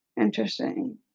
Interesting